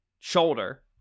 shoulder